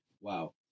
wow